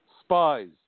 Spies